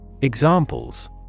Examples